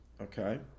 okay